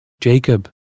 Jacob